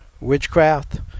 witchcraft